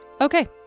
Okay